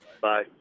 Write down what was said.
Bye